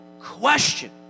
question